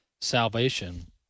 salvation